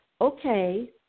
okay